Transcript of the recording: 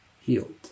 healed